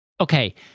Okay